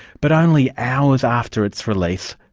but only hours after its release,